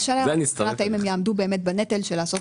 ה-CBC -- השאלה אם הם יעמדו בנטל של לעשות